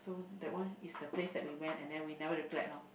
that one is the place that we went and we never regret loh